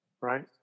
right